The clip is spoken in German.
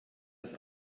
das